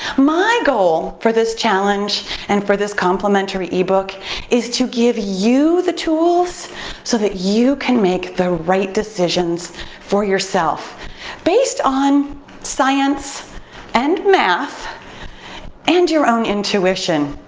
my goal for this challenge and for this complimentary e-book is to give you the tools so that you can make the right decisions for yourself based on science and math and your own intuition,